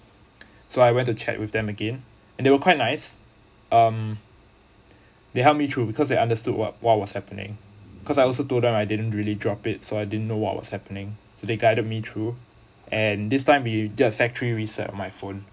so I went to chat with them again and they were quite nice um they helped me through cause they understood what what was happening cause I also told them I didn't really drop it so I didn't know what was happening so they guided me through and this time he just factory reset my phone